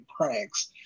pranks